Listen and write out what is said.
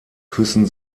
küssen